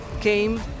came